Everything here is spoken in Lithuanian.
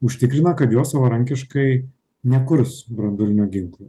užtikrina kad jos savarankiškai nekurs branduolinio ginklo